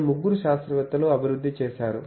అనే ముగ్గురు శాస్త్రవేత్తలు అభివృద్ధి చేశారు